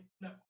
No